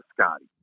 Scotty